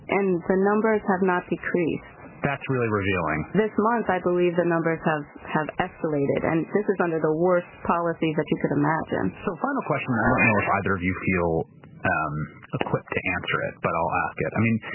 and the numbers have not decreased. that's really revealing. this month, i believe the numbers have have escalated. and this is under the worst policies that you could imagine. so final question, and i don't know if either of you feel um equipped to answer it, but i'll ask it. i mean,